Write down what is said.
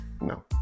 No